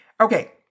Okay